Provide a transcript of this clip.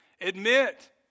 Admit